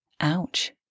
Ouch